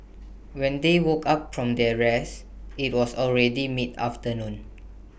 when they woke up from their rest IT was already mid afternoon